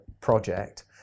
project